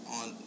on